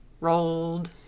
rolled